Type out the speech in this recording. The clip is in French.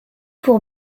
pour